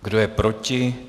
Kdo je proti?